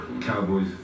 Cowboys